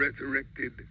resurrected